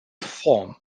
form